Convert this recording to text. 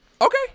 Okay